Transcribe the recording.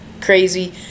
crazy